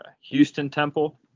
Houston-Temple